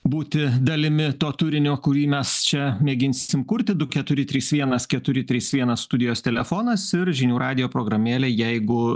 būti dalimi to turinio kurį mes čia mėginsim kurti du keturi trys vienas keturi trys vienas studijos telefonas ir žinių radijo programėlė jeigu